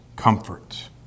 comfort